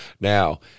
Now